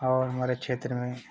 और हमारे क्षेत्र में